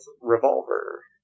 Revolver